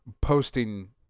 posting